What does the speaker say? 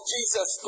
Jesus